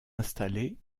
installé